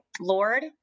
Lord